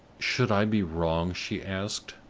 should i be wrong, she asked,